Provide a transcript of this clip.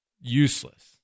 useless